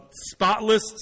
spotless